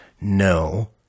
no